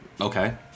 okay